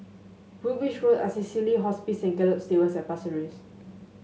Woolwich Road Assisi Hospice Gallop Stables at Pasir Ris